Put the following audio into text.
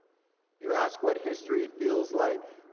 you asked what history feels like,